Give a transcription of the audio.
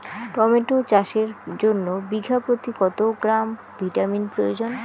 Tomato চাষের জন্য বিঘা প্রতি কত গ্রাম ভিটামিন প্রয়োজন?